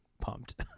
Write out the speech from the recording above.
pumped